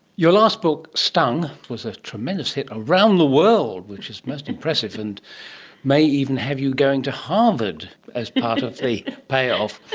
your last book stung! was a tremendous hit around the world, which is most impressive, and may even have you going to harvard as part of the payoff.